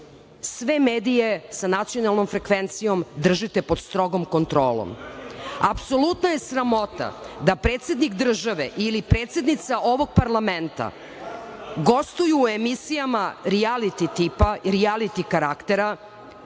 Sve medije sa nacionalnom frekvencijom držite pod strogom kontrolom. Apsolutno je sramota da predsednik države ili predsednica ovog parlamenta gostuju u emisijama rijaliti tipa, rijaliti karaktera,